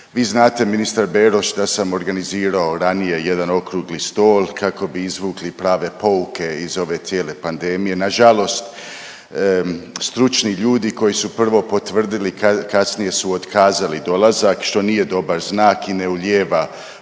vi znate, ministar Beroš, da sam organizirao ranije jedan Okrugli stol kako bi izvukli prave pouke iz ove cijele pandemije. Nažalost, stručni ljudi koji su prvo potvrdili, kasnije su otkazali dolazak, što nije dobar znak i ne ulijeva